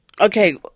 Okay